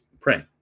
pray